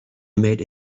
made